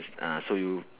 ah so you